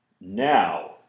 Now